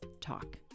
talk